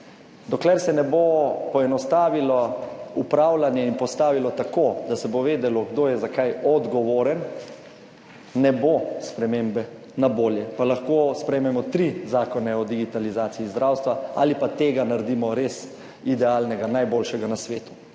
dokler se ne bo poenostavilo upravljanje in postavilo tako, da se bo vedelo kdo je za kaj odgovoren, ne bo spremembe na bolje, pa lahko sprejmemo tri zakone o digitalizaciji zdravstva ali pa tega naredimo res idealnega, najboljšega na svetu.